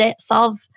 solve